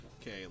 Okay